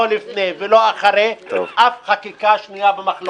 לפני ולא אחרי אף חקיקה שנויה במחלוקת.